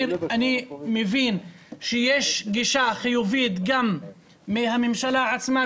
מבין שיש גישה חיובית גם מהממשלה עצמה,